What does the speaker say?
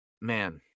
man